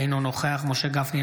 אינו נוכח משה גפני,